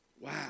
Wow